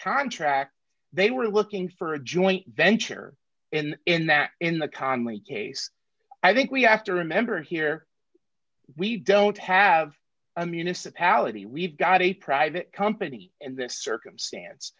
time track they were looking for a joint venture and in that in the conley case i think we have to remember here we don't have a municipality we've got a private company in this circumstance